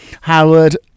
Howard